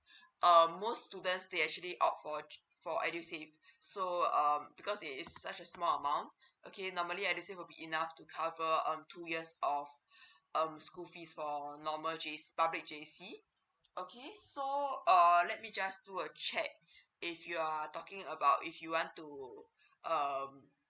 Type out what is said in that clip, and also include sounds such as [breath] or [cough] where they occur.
[breath] uh most students they actually out for for edusave so uh because it is such a small amount [breath] okay normally edusave will be enough to cover um two years of [breath] um school fees for normal J_C public J_C okay so err let me just do a check [breath] if you're talking about if you want to [breath] um